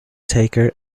taker